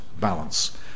balance